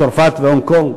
צרפת והונג-קונג?